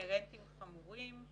אינהרנטיים חמורים.